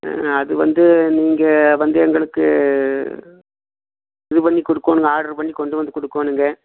ம் அது வந்து நீங்கள் வந்து எங்களுக்கு இது பண்ணி குடுக்கணுங்க ஆடர் பண்ணி கொண்டு வந்து குடுக்கணுங்க